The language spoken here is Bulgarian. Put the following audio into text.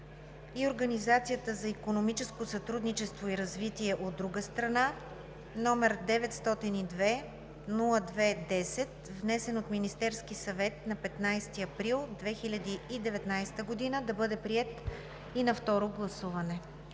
и Организацията за икономическо сътрудничество и развитие, от друга страна, № 902-02-10, внесен от Министерския съвет на 15 април 2019 г., да бъде приет и на второ гласуване.